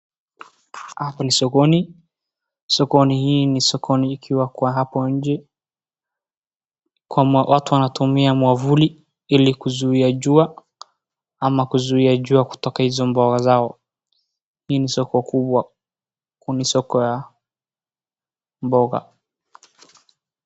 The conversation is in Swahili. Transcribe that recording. Hapo ni sokoni, sokoni hii ni sokoni ikiwa kwa hapo nje. Watu wanatumia mwavuli ili kuzuia jua ama kuzuia jua kutoka hizo mboga zao. Hii ni soko kubwa, huku ni soko ya mboga.